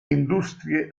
industrie